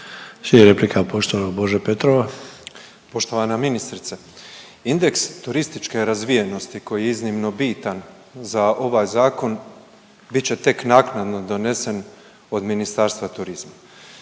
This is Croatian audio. Bože Petrova. **Petrov, Božo (MOST)** Poštovana ministrice. Indeks turističke razvijenosti koji je iznimno bitan za ovaj zakon bit će tek naknadno donesen od Ministarstva turizma,